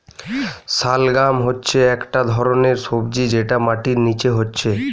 শালগাম হচ্ছে একটা ধরণের সবজি যেটা মাটির নিচে হচ্ছে